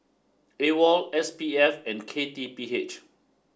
AWOL S P F and K T P H